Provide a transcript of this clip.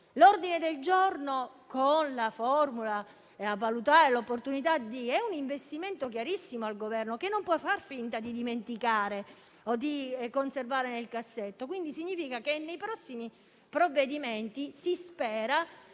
L'ordine del giorno, con la formula «a valutare l'opportunità di», è un investimento chiarissimo al Governo, che non può far finta di dimenticare o di conservare nel cassetto. Ciò significa che si spera che, nei prossimi provvedimenti, certe